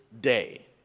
day